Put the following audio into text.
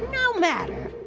no matter.